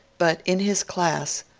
but in his class,